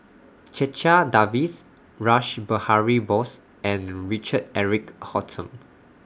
Checha Davies Rash Behari Bose and Richard Eric Holttum